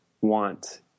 want